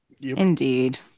indeed